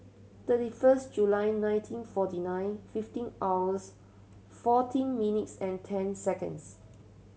thirty first July nineteen forty nine fifteen hours fourteen minutes and ten seconds